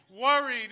worried